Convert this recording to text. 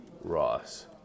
Ross